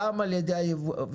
גם על ידי היבואנים,